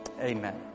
Amen